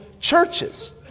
churches